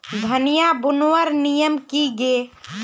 धनिया बूनवार नियम की गे?